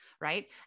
right